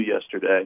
yesterday